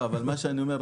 מה שאני אומר,